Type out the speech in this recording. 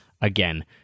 again